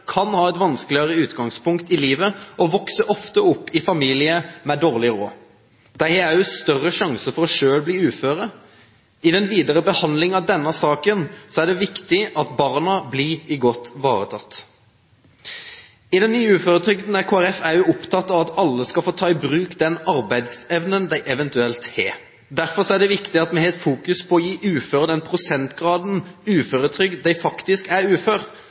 kan ha et vanskeligere utgangspunkt i livet og vokser ofte opp i familier med dårlig råd. De har også større sjanse for selv å bli uføre. I den videre behandlingen av denne saken er det viktig at barna blir godt ivaretatt. I forbindelse med den nye uføretrygden er Kristelig Folkeparti også opptatt av at alle skal få ta i bruk den arbeidsevnen de eventuelt har. Derfor er det viktig at vi har fokus på å gi uføre den prosentgraden uføretrygd de faktisk er